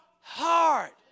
heart